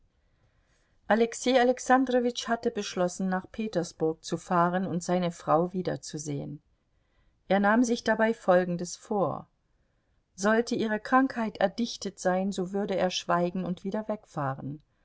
alexei alexandrowitsch hatte beschlossen nach petersburg zu fahren und seine frau wiederzusehen er nahm sich dabei folgendes vor sollte ihre krankheit erdichtet sein so würde er schweigen und wieder wegfahren